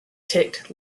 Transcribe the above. ticked